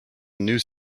news